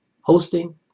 hosting